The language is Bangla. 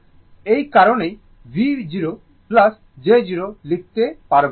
এই কারণেই V j 0 লিখতে পারবো